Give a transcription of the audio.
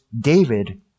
David